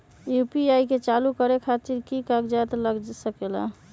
UPI के चालु करे खातीर कि की कागज़ात लग सकेला?